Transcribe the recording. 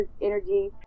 energy